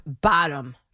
bottom